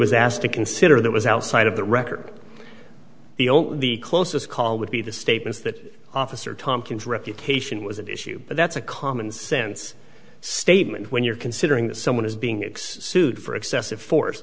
was asked to consider that was outside of the record the only the closest call would be the statements that officer thompson's reputation was at issue but that's a common sense statement when you're considering that someone is being it's sued for excessive force